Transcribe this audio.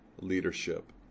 leadership